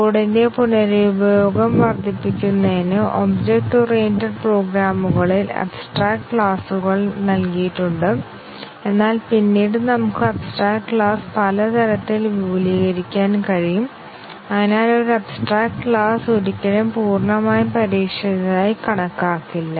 കോഡിന്റെ പുനരുപയോഗം വർദ്ധിപ്പിക്കുന്നതിന് ഒബ്ജക്റ്റ് ഓറിയന്റഡ് പ്രോഗ്രാമുകളിൽ അബ്സ്ട്രാക്ട് ക്ലാസുകൾ നൽകിയിട്ടുണ്ട് എന്നാൽ പിന്നീട് നമുക്ക് അബ്സ്ട്രാക്ട് ക്ലാസ് പല തരത്തിൽ വിപുലീകരിക്കാൻ കഴിയും അതിനാൽ ഒരു അബ്സ്ട്രാക്ട് ക്ലാസ് ഒരിക്കലും പൂർണ്ണമായി പരീക്ഷിച്ചതായി കണക്കാക്കില്ല